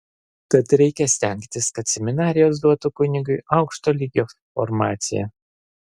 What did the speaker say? tad reikia stengtis kad seminarijos duotų kunigui aukšto lygio formaciją